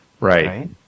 Right